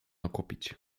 okupić